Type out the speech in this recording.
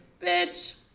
bitch